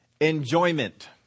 enjoyment